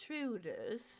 intruders